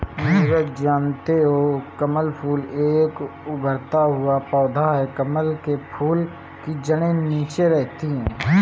नीरज जानते हो कमल फूल एक उभरता हुआ पौधा है कमल के फूल की जड़े नीचे रहती है